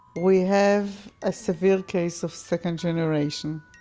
we have a severe case of second generation.